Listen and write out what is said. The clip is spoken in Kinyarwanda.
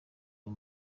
uyu